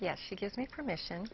yes she gives me permission